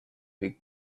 big